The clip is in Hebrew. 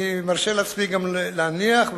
אני מרשה לעצמי להניח,